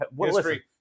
History